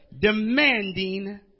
demanding